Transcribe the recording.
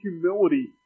humility